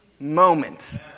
moment